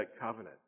covenant